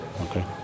Okay